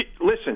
listen